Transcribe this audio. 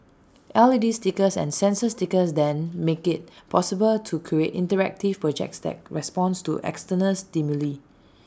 L E D stickers and sensor stickers then make IT possible to create interactive projects that respond to external stimuli